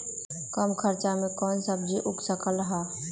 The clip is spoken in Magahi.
कम खर्च मे कौन सब्जी उग सकल ह?